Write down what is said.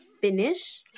finish